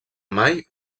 mai